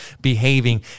behaving